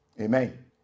Amen